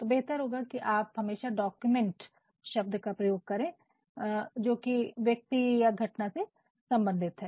तो बेहतर होगा कि आप हमेशा डॉक्यूमेंट का प्रयोग करें जो कि व्यक्ति से या घटना से संबंधित है